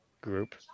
group